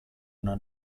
una